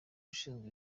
ushinzwe